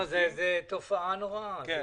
זו תופעה נוראה.